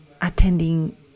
attending